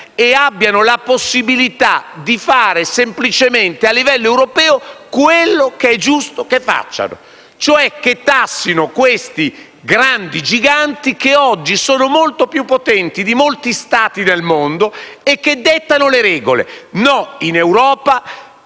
dare loro la possibilità di fare semplicemente a livello europeo quello che è giusto che facciano, cioè tassare questi grandi giganti, che oggi sono molto più potenti di molti Stati del mondo e dettano le regole. Non in Europa.